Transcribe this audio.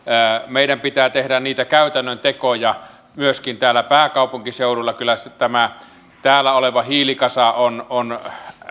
meidän pitää tehdä niitä käytännön tekoja myöskin täällä pääkaupunkiseudulla kyllä tämä täällä oleva hiilikasa on on